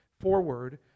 forward